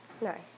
Nice